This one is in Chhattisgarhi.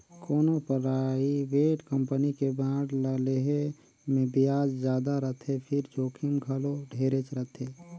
कोनो परइवेट कंपनी के बांड ल लेहे मे बियाज जादा रथे फिर जोखिम घलो ढेरेच रथे